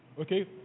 Okay